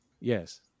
Yes